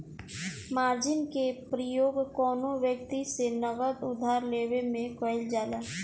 margin के प्रयोग कौनो व्यक्ति से नगद उधार लेवे में कईल जाला